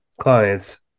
clients